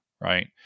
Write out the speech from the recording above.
Right